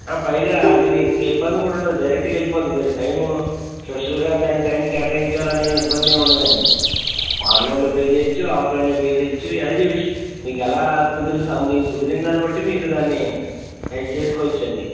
పైగా అదిమీకు ఇంక ఇబ్బంది కూడా ఉండదు డైరెక్ట్గా వెళ్ళిపోతుంది మీరు టైము స్పెషల్గా దానికి టైమ్ కేటాయించాలనే ఇబ్బంది ఏమి ఉండదండి ఆన్లైన్లో పే చెయ్యచ్చు ఆఫ్లైన్లో పే చెయ్యచ్చు యాస్ యు విష్ మీకెలా కుదిరితే మీకు కుదిరినదాన్ని బట్టి మీరు దాన్ని పే చేసుకోవచ్చండి